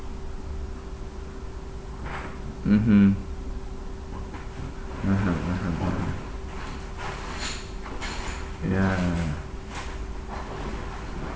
mmhmm (uh huh) (uh huh) (uh huh) ya